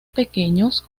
pequeños